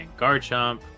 Garchomp